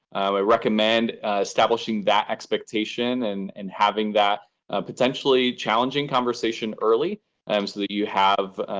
i recommend establishing that expectation and and having that potentially challenging conversation early um so that you have,